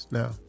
now